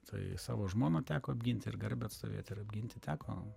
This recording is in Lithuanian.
tai savo žmoną teko apginti ir garbę atstovėti ir apginti teko